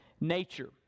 nature